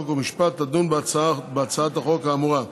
חוק ומשפט תדון בהצעת החוק האמורה.